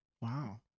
Wow